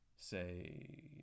say